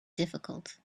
difficult